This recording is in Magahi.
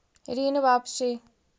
ऋण वापसी?